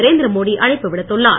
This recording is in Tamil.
நரேந்திர மோடி அழைப்பு விடுத்துள்ளார்